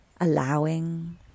allowing